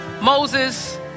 Moses